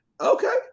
Okay